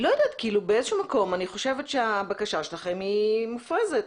באיזשהו מקום אני חושבת שהבקשה שלכם היא מופרזת.